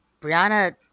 Brianna